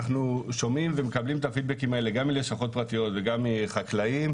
אנחנו שומעים ומקבלים את הפידבקים האלה גם מלשכות פרטיות וגם מחקלאים,